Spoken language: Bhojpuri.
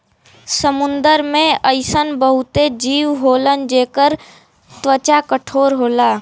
समुंदर में अइसन बहुते जीव होलन जेकर त्वचा कठोर होला